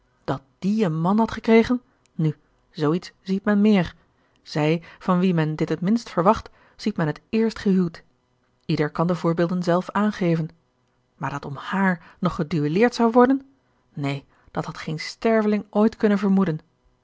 dat die een man had gekregen nu zoo iets ziet men meer zij van wie men dit het minst verwacht ziet men het eerst gehuwd ieder kan de voorbeelden zelf aangeven maar dat om haar nog geduelleerd zou worden neen dat had geen sterveling ooit kunnen vermoeden